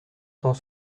cent